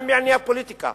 גם בענייני הפוליטיקה.